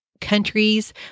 countries